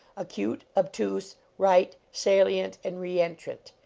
acute, ob tuse, right, salient and re-entrant.